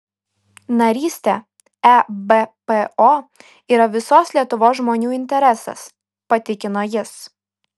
narystė ebpo yra visos lietuvos žmonių interesas patikino jis